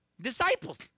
disciples